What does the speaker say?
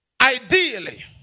ideally